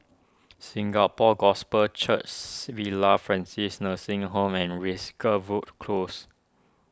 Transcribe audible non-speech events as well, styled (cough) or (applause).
Singapore Gospel Church (noise) Villa Francis Nursing Home and (unintelligible) Close